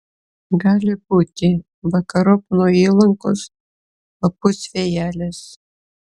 gali būti vakarop nuo įlankos papūs vėjelis